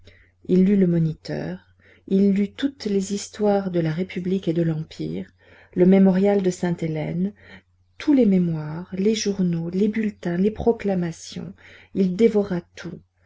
il lut le moniteur il lut toutes les histoires de la république et de l'empire le mémorial de sainte-hélène tous les mémoires les journaux les bulletins les proclamations il dévora tout